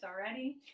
already